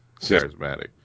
charismatic